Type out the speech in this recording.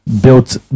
built